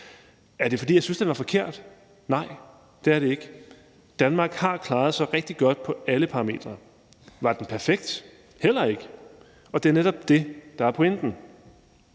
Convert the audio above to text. Er det, fordi jeg synes, den var forkert? Nej, det er det ikke. Danmark har klaret sig rigtig godt på alle parametre. Var den perfekt? Heller ikke. Og det er netop det, der er pointen,